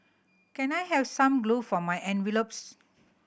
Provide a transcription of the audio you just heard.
can I have some glue for my envelopes